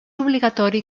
obligatori